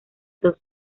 dos